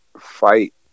fight